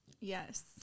yes